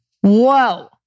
Whoa